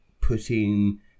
putting